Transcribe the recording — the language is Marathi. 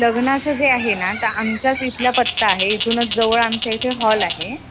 लग्नाचं जे आहे ना तर आमच्याच इथला पत्ता आहे इथूनच जवळ आमच्या इथे हॉल आहे